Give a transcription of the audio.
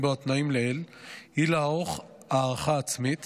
בו התנאים לעיל היא לערוך הערכה עצמית